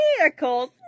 vehicles